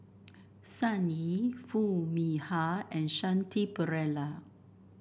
Sun Yee Foo Mee Har and Shanti Pereira